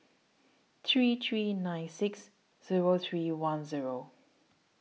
three three nine six Zero three one Zero